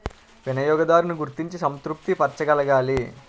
వినియోగదారున్ని గుర్తించి సంతృప్తి పరచగలగాలి